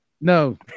no